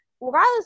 regardless